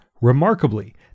remarkably